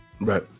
Right